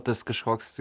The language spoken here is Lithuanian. tas kažkoks